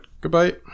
goodbye